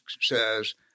says –